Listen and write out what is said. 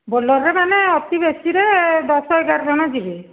ବୋଲେରୋରେ ମାନେ ଅତି ବେଶିରେ ଦଶ ଏଗାର ଜଣ ଯିବେ